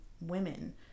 women